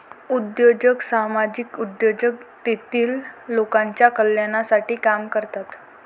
उद्योजक सामाजिक उद्योजक तेतील लोकांच्या कल्याणासाठी काम करतात